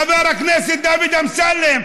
חבר הכנסת דוד אמסלם,